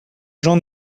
jean